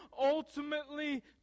ultimately